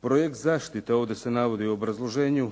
Projekt zaštite, ovdje se navodi u obrazloženju,